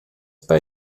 bei